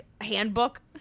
handbook